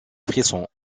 frisson